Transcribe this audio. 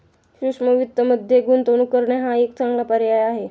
सूक्ष्म वित्तमध्ये गुंतवणूक करणे हा एक चांगला पर्याय आहे